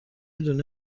دونه